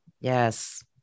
Yes